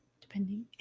depending